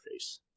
interface